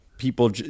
People